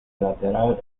lateral